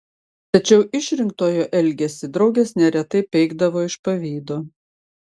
tačiau išrinktojo elgesį draugės neretai peikdavo iš pavydo